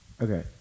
Okay